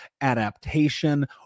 adaptation